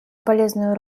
полезную